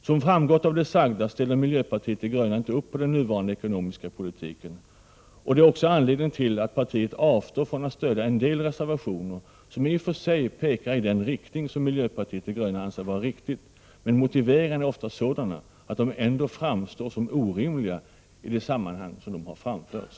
Som framgått av det sagda ställer miljöpartiet de gröna inte upp på den nuvarande ekonomiska politiken, och det är också anledningen till att partiet avstår från att stödja en del reservationer som i och för sig pekar i den riktning som miljöpartiet de gröna anser vara riktig, men vars motiveringar ofta är sådana att de ändå framstår som orimliga i det sammanhang som de har framförts.